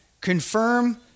confirm